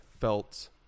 felt